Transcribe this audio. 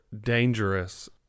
dangerous